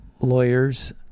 lawyers